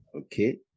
okay